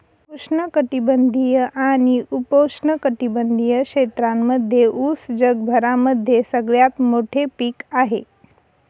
उष्ण कटिबंधीय आणि उपोष्ण कटिबंधीय क्षेत्रांमध्ये उस जगभरामध्ये सगळ्यात मोठे पीक आहे